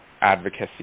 advocacy